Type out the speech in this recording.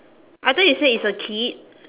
I thought you said it's a kid